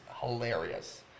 hilarious